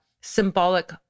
symbolic